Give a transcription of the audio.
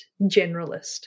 generalist